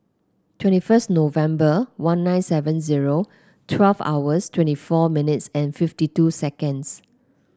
twenty first November one nine seven zero twelve hours twenty four minutes and fifty two seconds